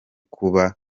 kuba